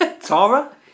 Tara